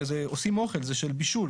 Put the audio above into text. זה עושים אוכל, זה של בישול.